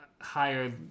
Higher